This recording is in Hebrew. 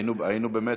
היינו במתח.